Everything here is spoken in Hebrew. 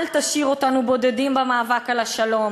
אל תשאיר אותנו בודדים במאבק על השלום.